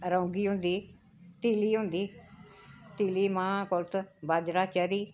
रोंगी होंदी तिली होंदी तिली मांह् कुल्थ बाजरा चर्री